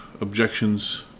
objections